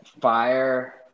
fire